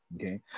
Okay